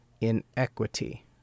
inequity